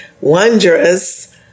wondrous